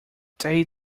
they